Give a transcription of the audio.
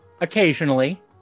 Occasionally